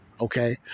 okay